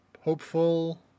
hopeful